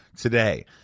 today